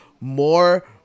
more